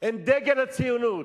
הם דגל הציונות,